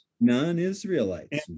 Non-Israelites